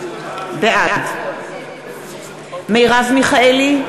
בעד מרב מיכאלי,